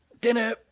Dinner